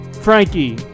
Frankie